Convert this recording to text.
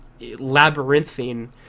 labyrinthine